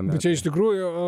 bet čia iš tikrųjų